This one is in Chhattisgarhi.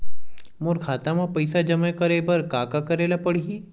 मोर खाता म पईसा जमा करे बर का का करे ल पड़हि?